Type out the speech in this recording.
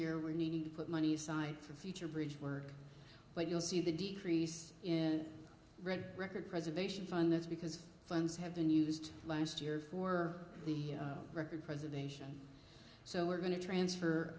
year we need to put money aside for future bridge work but you'll see the decrease in red record preservation funds because funds have been used last year for the record preservation so we're going to transfer